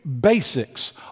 basics